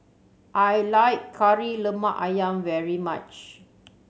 I like Kari Lemak Ayam very much